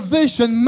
vision